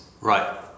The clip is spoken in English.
Right